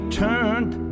turned